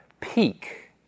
peak